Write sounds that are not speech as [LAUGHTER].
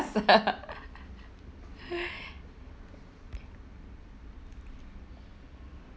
[LAUGHS]